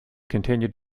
continued